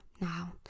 now